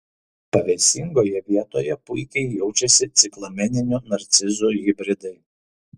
pavėsingoje vietoje puikiai jaučiasi ciklameninių narcizų hibridai